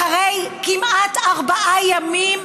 אחרי כמעט ארבעה ימים,